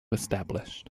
established